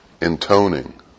intoning